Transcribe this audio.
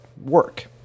work